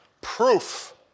proof